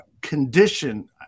condition